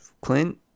Clint